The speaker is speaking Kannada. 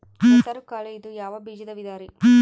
ಹೆಸರುಕಾಳು ಇದು ಯಾವ ಬೇಜದ ವಿಧರಿ?